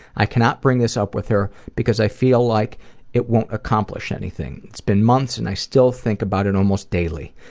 i cannot bring this up with her because i feel like it won't accomplish anything. it's been months and i still think about it almost daily.